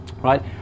right